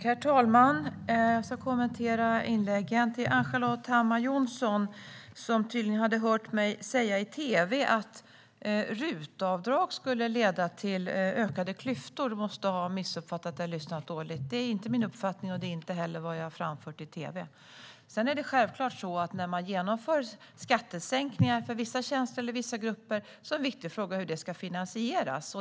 Herr talman! Till Ann-Charlotte Hammar Johnsson som tydligen hade hört mig säga i tv att RUT-avdrag skulle leda till ökade klyftor vill jag säga att du måste ha missuppfattat eller lyssnat dåligt. Det är inte min uppfattning, och det är inte heller vad jag har framfört i tv. När man genomför skattesänkningar för vissa tjänster eller vissa grupper är det en viktig fråga hur det ska finansieras.